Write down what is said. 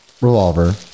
revolver